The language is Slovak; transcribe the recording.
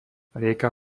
rieka